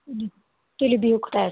تُلِو بِہِو خدایَس